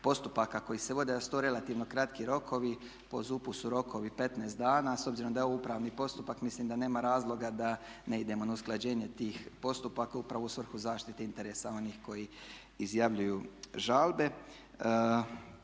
postupaka koji se vode da su to relativno kratki rokovi. Po ZUP-u su rokovi 15 dana, a s obzirom da je ovo upravni postupak mislim da nema razloga da ne idemo na usklađenje tih postupaka upravo u svrhu zaštite interesa onih koji izjavljuju žalbe.